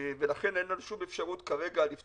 לכן אין לנו שום אפשרות לפתוח כרגע.